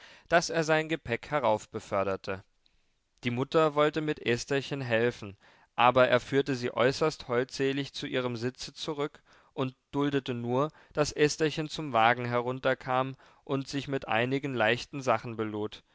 daß er sein gepäck heraufbeförderte die mutter wollte mit estherchen helfen aber er führte sie äußerst holdselig zu ihrem sitze zurück und duldete nur daß estherchen zum wagen herunterkam und sich mit einigen leichten sachen